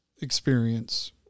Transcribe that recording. experience